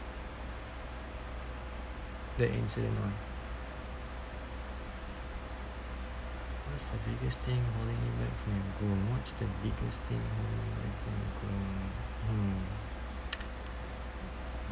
that incident was what's the biggest thing holding you back from your goal what's the biggest thing holding you back from your goal mm